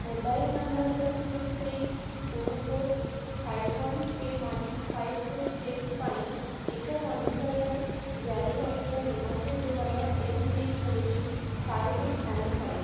mobile number six eight two four five one three one five four six ପାଇଁ ଟିକା ପଞ୍ଜୀକରଣ ଜାରି ରଖିବା ନିମନ୍ତେ ତୁମର ଏମ୍ପିନ୍ ହେଉଛି ଫାଇବ୍ ଏଇଟି ନାଇନ୍ ଫାଇବ୍